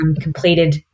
completed